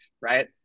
right